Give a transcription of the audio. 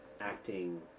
acting